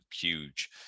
huge